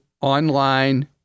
online